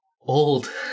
old